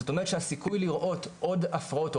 זאת אומרת שהסיכוי לראות עוד הפרעות,